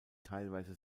teilweise